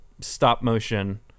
stop-motion